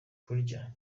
kurya